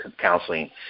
counseling